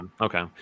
Okay